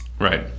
Right